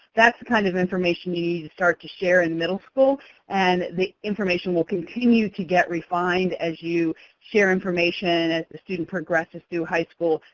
that's the kind of information you need to start to share in middle school and the information will continue to get refined as you share information as the student progresses through high school,